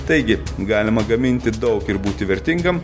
taigi galima gaminti daug ir būti vertingam